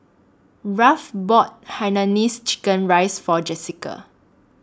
Ralph bought Hainanese Chicken Rice For Jessica